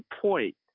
point